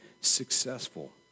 successful